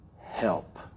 help